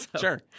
Sure